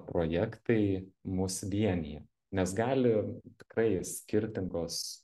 projektai mus vienija nes gali tikrai skirtingos